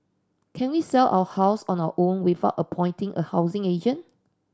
can we sell our house on our own without appointing a housing agent